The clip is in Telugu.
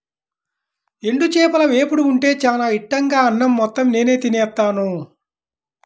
ఎండు చేపల వేపుడు ఉంటే చానా ఇట్టంగా అన్నం మొత్తం నేనే తినేత్తాను